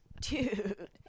Dude